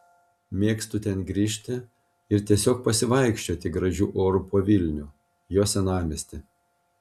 mėgstu ten grįžti ir tiesiog pasivaikščioti gražiu oru po vilnių jo senamiestį